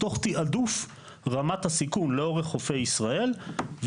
תוך תיעדוף רמת הסיכון לאורך חופי ישראל.